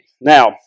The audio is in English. Now